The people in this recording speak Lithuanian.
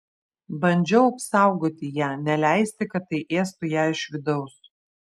bandžiau apsaugoti ją neleisti kad tai ėstų ją iš vidaus